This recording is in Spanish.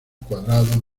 cuadrado